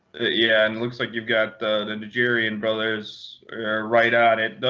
yeah. and it looks like you've got the nigerian brothers right on it.